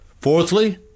Fourthly